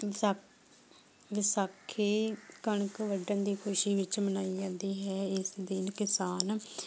ਵਿਸਾ ਵਿਸਾਖੀ ਕਣਕ ਵੱਢਣ ਦੀ ਖੁਸ਼ੀ ਵਿੱਚ ਮਨਾਈ ਜਾਂਦੀ ਹੈ ਇਸ ਦਿਨ ਕਿਸਾਨ